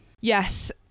yes